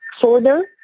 further